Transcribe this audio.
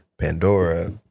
Pandora